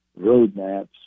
roadmaps